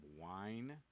wine